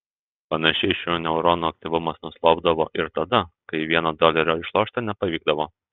panašiai šių neuronų aktyvumas nuslopdavo ir tada kai vieno dolerio išlošti nepavykdavo